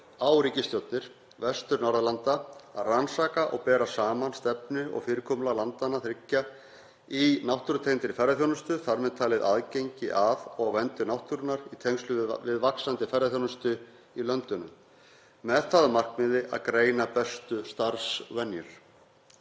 ríkisstjórnir Vestur-Norðurlanda að rannsaka og bera saman stefnu og fyrirkomulag landanna þriggja í náttúrutengdri ferðaþjónustu, þar með talið aðgengi að og verndun náttúrunnar í tengslum við vaxandi ferðaþjónustu í löndunum með það að markmiði að greina bestu starfsvenjur.